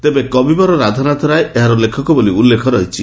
ତେବେ କବିବର ରାଧାନାଥ ରାୟ ଏହାର ଲେଖକ ବୋଲି ଉଲ୍ଲେଖ ରହିଛି